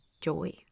joy